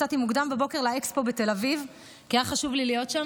יצאתי מוקדם בבוקר לאקספו בתל אביב כי היה חשוב לי להיות שם